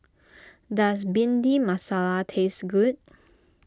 does Bhindi Masala taste good